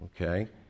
Okay